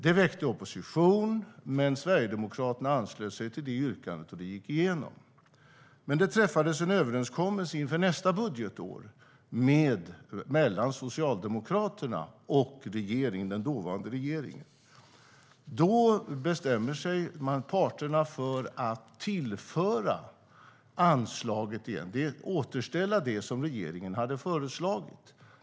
Det väckte opposition. Men Sverigedemokraterna anslöt sig till yrkandet som gick igenom. Inför nästa budgetår träffades dock en överenskommelse mellan Socialdemokraterna och den dåvarande regeringen. Parterna bestämde sig för att tillföra anslaget igen, för att återställa det regeringen hade föreslagit.